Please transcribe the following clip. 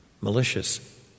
malicious